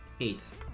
Eight